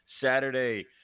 Saturday